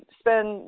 spend